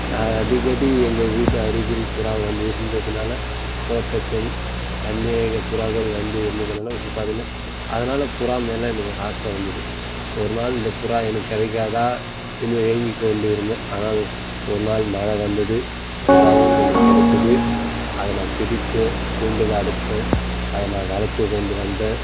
அடிக்கடி எங்கள் வீட்டு அருகில் புறா வந்து இருந்ததுனால் தோட்டத்தில் அநேக புறாக்கள் வந்து இருந்ததுனால் இப்போ பார்த்தீன்னா அதனால புறா மேலே எனக்கு ஒரு ஆசை வந்தது ஒரு நாள் இந்த புறா எனக்கு கிடைக்காதா என்று ஏங்கி கொண்டு இருந்தேன் ஆனால் ஒரு நாள் மழை வந்தது புறாவும் எனக்கு கிடச்சிது அதை நான் பிடித்தேன் கூண்டில் அடைச்சேன் அதை நான் வளர்த்து கொண்டு வந்தேன்